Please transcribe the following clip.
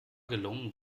gelungen